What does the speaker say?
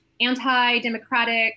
anti-democratic